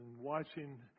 watching